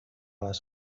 les